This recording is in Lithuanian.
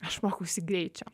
aš mokausi greičio